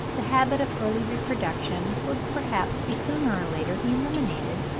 the habit of early reproduction would perhaps be sooner or later eliminated,